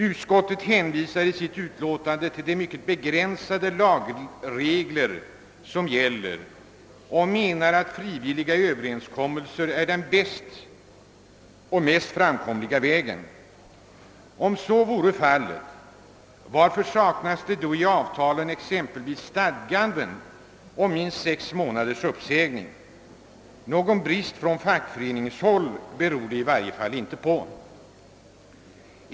Utskottet hänvisar i sitt utlåtande till de mycket begränsade lagregler som gäller och menar att frivilliga överenskommelser är den mest framkomliga vägen. Om så är fallet, varför saknas då i avtalen exempelvis stadganden om minst sex månaders uppsägningstid? Någon brist på intresse från fackföreningshåll beror det i varje fall inte på.